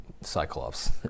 Cyclops